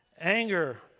Anger